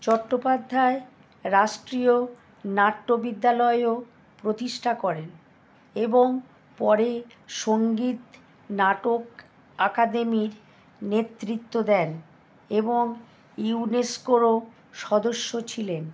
চট্টোপাধ্যায় রাষ্ট্রীয় নাট্য বিদ্যালয়ও প্রতিষ্ঠা করেন এবং পরে সঙ্গীত নাটক আকাদেমির নেতৃত্ব দেন এবং ইউনেস্কোরও সদস্য ছিলেন